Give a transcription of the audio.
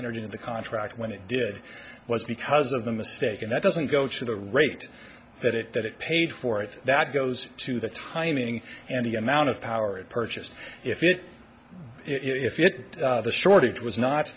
entered into the contract when it did was because of a mistake and that doesn't go to the rate that it that it paid for it that goes to the timing and the amount of power it purchased if it if it the shortage was not